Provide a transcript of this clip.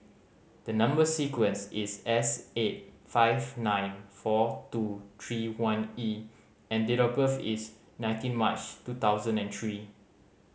the number sequence is S eight five nine four two three one E and date of birth is nineteen March two thousand and three